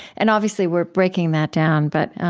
and obviously, we're breaking that down, but i